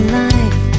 life